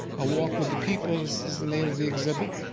a walk with the peoples is the name of the exhibit,